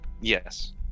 Yes